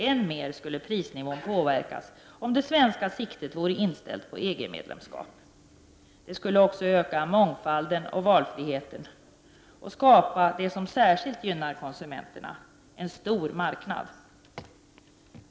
Än mer skulle prisnivån påverkas om det svenska siktet vore inställt på EG-medlemskap. Det skulle också öka mångfalden och valfriheten samt skapa det som särskilt gynnar konsumenterna: en stor marknad.